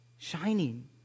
shining